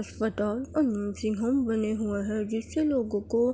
اسپتال اور nursing home بنے ہوئے ہیں جس سے لوگوں کو